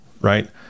right